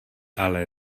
ale